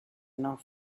enough